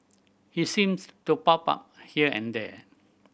he seems to pop up here and there